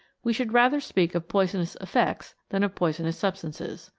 we should rather speak of poisonous effects than of poisonous substances.